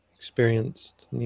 experienced